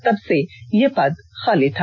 तब से यह पद खाली था